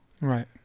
right